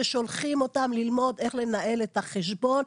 ושולחים אותם ללמוד איך לנהל את החשבון,